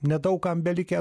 nedaug kam belikę